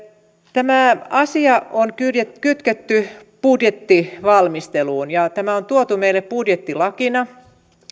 tämä asia on kytketty budjettivalmisteluun ja tämä on tuotu meille budjettilakina